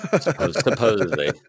Supposedly